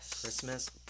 Christmas